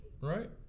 right